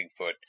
Bigfoot